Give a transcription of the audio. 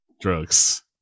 drugs